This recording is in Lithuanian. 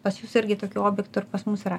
pas jus irgi tokių objektų ir pas mus yra